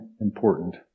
important